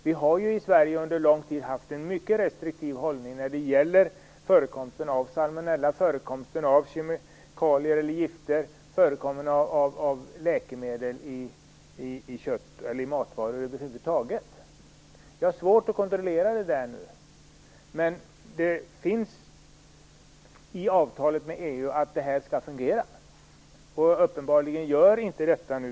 Vi har ju i Sverige under lång tid haft en mycket restriktiv hållning när det gäller förekomsten av salmonella, kemikalier, gifter och läkemedel i matvaror över huvud taget. Detta har vi nu svårt att kontrollera. Enligt avtalet med EU skall denna kontroll fungera. Men uppenbarligen fungerar inte kontrollen.